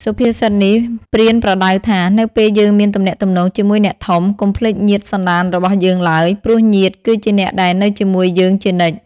សុភាសិតនេះប្រៀនប្រដៅថា នៅពេលយើងមានទំនាក់ទំនងជាមួយអ្នកធំ កុំភ្លេចញាតិសន្តានរបស់យើងឡើយ ព្រោះញាតិគឺជាអ្នកដែលនៅជាមួយយើងជានិច្ច។